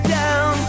down